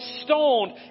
stoned